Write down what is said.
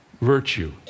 virtue